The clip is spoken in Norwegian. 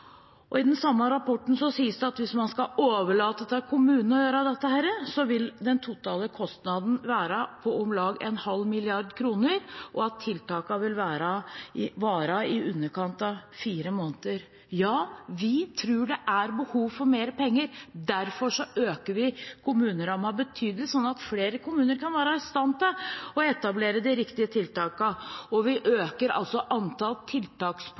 I den samme rapporten sies det at hvis man skal overlate til kommunene å gjøre dette, vil den totale kostnaden være på om lag 0,5 mrd. kr, og at tiltakene vil vare i underkant av fire måneder. Ja, vi tror det er behov for mer penger. Derfor øker vi kommunerammen betydelig, sånn at flere kommuner kan være i stand til å etablere de riktige tiltakene, og vi øker antall